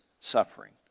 suffering